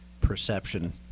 perception